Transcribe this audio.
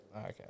Okay